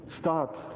start